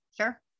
sure